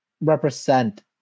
represent